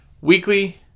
Weekly